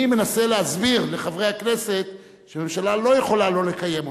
אני מנסה להסביר לחברי הכנסת שהממשלה לא יכולה שלא לקיים אותן.